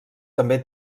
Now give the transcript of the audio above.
també